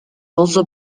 also